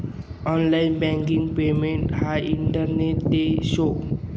online banking payment हाई इंटरनेटनी देन शे